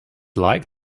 like